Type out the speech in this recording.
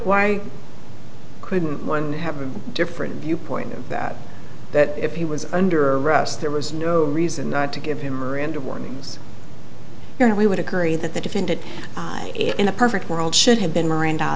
why couldn't one have a different viewpoint of that that if he was under arrest there was no reason not to give him or him to warnings here and we would agree that the defendant in a perfect world should have been mirand